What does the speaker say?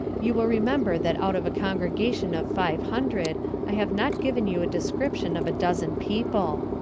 you will remember that out of a congregation of five hundred i have not given you a description of a dozen people.